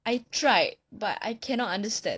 I tried but I cannot understand